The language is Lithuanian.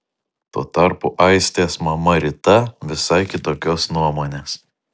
tuo tarpu aistės mama rita visai kitokios nuomonės